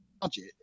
budget